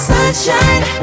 Sunshine